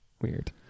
weird